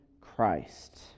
Christ